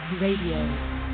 Radio